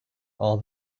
all